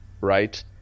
right